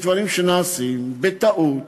יש דברים שנעשים בטעות.